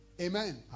Amen